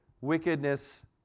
wickedness